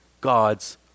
God's